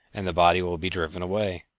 and the body will be driven away.